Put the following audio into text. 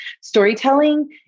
storytelling